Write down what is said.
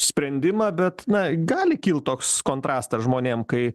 sprendimą bet na gali kilt toks kontrastas žmonėm kai